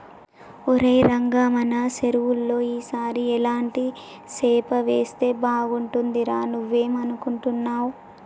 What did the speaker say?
ఒరై రంగ మన సెరువులో ఈ సారి ఎలాంటి సేప వేస్తే బాగుంటుందిరా నువ్వేం అనుకుంటున్నావ్